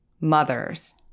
Mothers